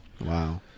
Wow